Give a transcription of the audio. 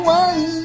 one